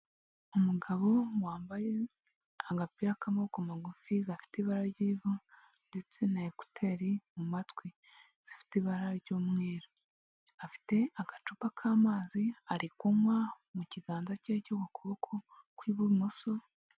Umugabo wambaye agapira k'amaboko magufi, gafite ibara ry'ivu, ndetse na ekuteri mu matwi zifite ibara ry'umweru, afite agacupa k'amazi ari kunywa mu kiganza cye, cyo ku kuboko kw'ibumoso.